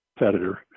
editor